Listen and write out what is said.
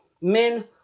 men